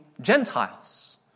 Gentiles